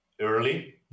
early